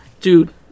Dude